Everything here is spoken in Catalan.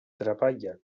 treballa